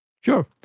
sure